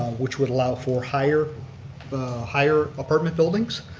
which would allow for higher higher apartment buildings,